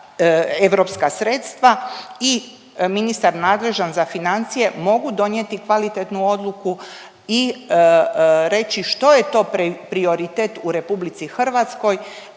europska sredstva i ministar nadležan za financije mogu donijeti kvalitetnu odluku i reći što je to prioritet u RH u koji